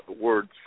words